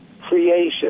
creation